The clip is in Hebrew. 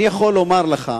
אני יכול לומר לך,